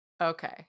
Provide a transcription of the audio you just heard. Okay